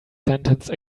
sentence